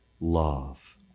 love